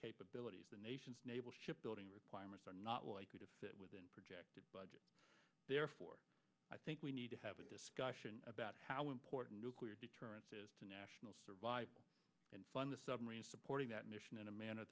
capabilities the nation naval ship building requirements are not likely to fit within projected budget therefore i think we need to have a discussion about how important nuclear deterrence is to national survival and fund the submarine supporting that mission in a manner